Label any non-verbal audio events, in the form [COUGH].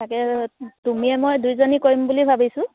তাকে [UNINTELLIGIBLE] তুমিয়ে মই দুজনী কৰিম বুলি ভাবিছোঁ